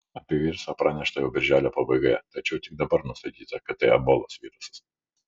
apie virusą pranešta jau birželio pabaigoje tačiau tik dabar nustatyta kad tai ebolos virusas